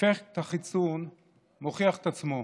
אפקט החיסון מוכיח את עצמו: